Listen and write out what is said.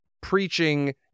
preaching